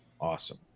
awesome